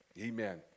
Amen